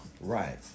Right